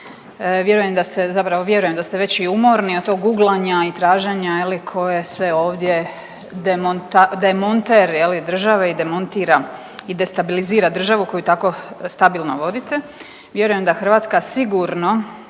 vjerujem da ste već i umorni od tog guglanja i traženja je li tko je sve ovdje demonter je li države i demontira i destabilizira državu koju tako stabilno vodite. Vjerujem da Hrvatska sigurno